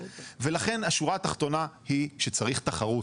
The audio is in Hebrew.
לכן, השורה התחתונה היא שצריך תחרות.